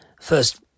first